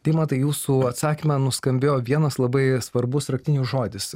deimantai jūsų atsakyme nuskambėjo vienas labai svarbus raktinis žodis